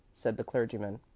said the clergyman.